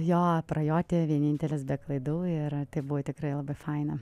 jo prajoti vienintelės be klaidų ir tai buvo tikrai labai faina